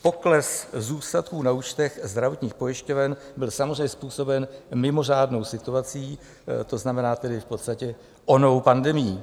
Pokles zůstatků na účtech zdravotních pojišťoven byl samozřejmě způsoben mimořádnou situací, to znamená tedy v podstatě onou pandemií.